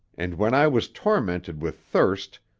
and when i was tormented with thirst,